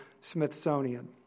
Smithsonian